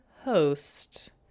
host